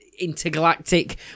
intergalactic